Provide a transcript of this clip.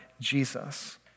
Jesus